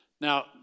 Now